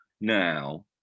now